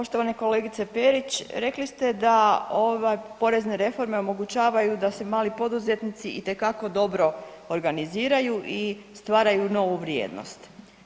Poštovana kolegice Perić, rekli ste da ove porezne reforme omogućavaju da se mali poduzetnici itekako dobro organiziraju i stvaraju novu vrijednost.